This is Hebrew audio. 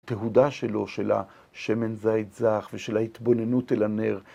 תהודה שלו, של השמן זית זך, ושל ההתבוננות אל הנר.